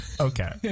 Okay